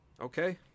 okay